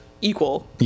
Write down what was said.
equal